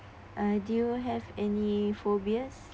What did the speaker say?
I do have any phobias